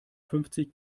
fünfzig